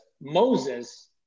Moses